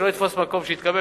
אז שיתכבד,